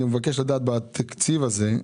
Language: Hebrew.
אני מבקש לדעת בתקציב הזה,